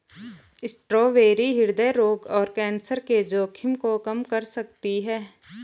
strawberry हृदय रोग और कैंसर के जोखिम को कम कर सकती है